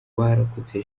barokotse